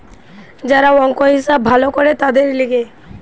যারা অংক, হিসাব ভালো করে তাদের লিগে